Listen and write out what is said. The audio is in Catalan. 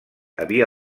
havia